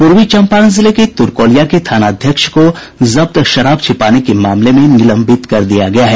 पूर्वी चंपारण जिले के तुरकौलिया के थानाध्यक्ष को जब्त शराब छिपाने के मामले में निलंबित कर दिया गया है